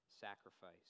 sacrifice